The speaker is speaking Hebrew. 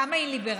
כמה היא ליברלית,